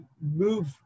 move